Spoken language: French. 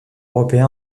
européen